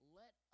let